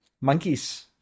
monkeys